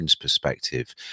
perspective